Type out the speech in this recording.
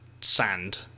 sand